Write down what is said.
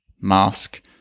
mask